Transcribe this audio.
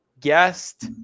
guest